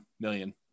million